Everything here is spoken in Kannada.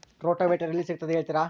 ರೋಟೋವೇಟರ್ ಎಲ್ಲಿ ಸಿಗುತ್ತದೆ ಹೇಳ್ತೇರಾ?